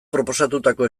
proposatutako